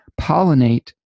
pollinate